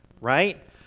right